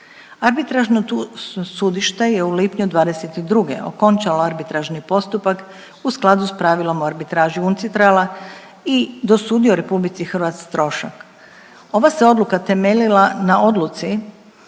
Arbitražno sudište je u lipnju '22. okončala arbitražni postupak u skladu s pravilom o arbitraži UNCITRAL-a i dosudio RH trošak. Ova se odluka temeljila na odluci